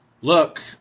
look